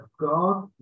God